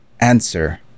answer